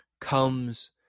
comes